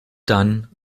dann